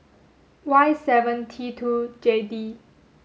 Y seven T two J D